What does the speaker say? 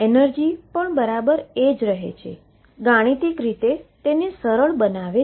energy બરાબર એ જ રહે છે અને તે ગાણિતિક રીતે સરળ બનાવે છે